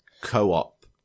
Co-op